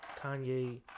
Kanye